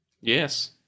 Yes